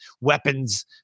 weapons